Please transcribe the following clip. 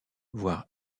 voir